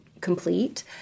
complete